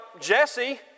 Jesse